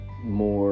more